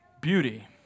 beauty